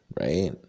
right